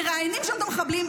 מראיינים שם את המחבלים,